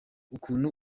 ukuntu